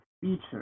feature